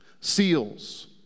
seals